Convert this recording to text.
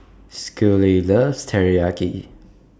Schley loves Teriyaki